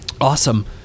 Awesome